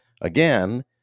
again